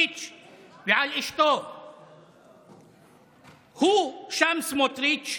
ועל אשתו, הוא, שם: סמוטריץ',